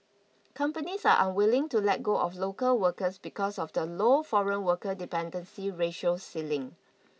companies are unwilling to let go of local workers because of the low foreign worker dependency ratio ceiling